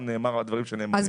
נאמר,